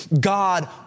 God